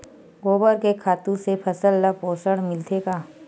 गोबर के खातु से फसल ल पोषण मिलथे का?